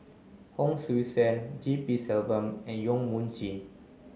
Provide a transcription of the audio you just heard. Hon Sui Sen G P Selvam and Yong Mun Chee